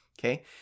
okay